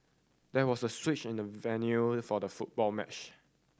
there was a switch in the venue for the football match